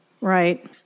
Right